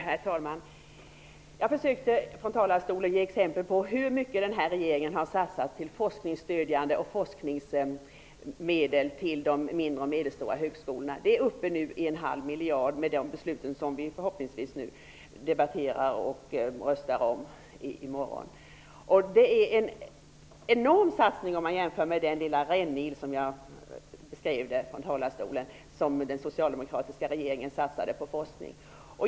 Herr talman! Jag försökte från talarstolen ge exempel på hur mycket regeringen har satsat på forskningsstödjande medel till de mindre och medelstora högskolorna. Efter de förslag som vi nu debatterar och förhoppningsvis beslutar om i morgon är summan uppe i en halv miljard. Det är en enorm satsning om man jämför med den lilla rännil som den socialdemokratiska regeringen satsade på forskning.